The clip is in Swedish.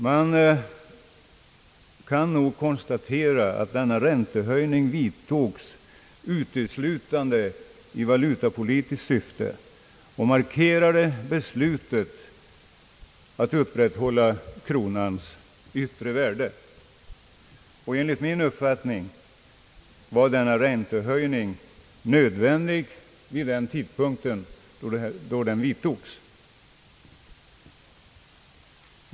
Man kan konstatera att denna räntehöjning vidtogs uteslutande i valutapolitiskt syfte och markerade beslutet att upprätthålla kronans yttre värde. Enligt min uppfattning var denna räntehöjning nödvändig vid den tidpunkt då den vidtogs.